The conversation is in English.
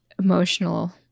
Emotional